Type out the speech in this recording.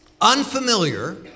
unfamiliar